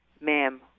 Ma'am